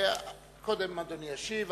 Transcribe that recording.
קודם אדוני ישיב,